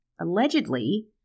Allegedly